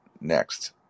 next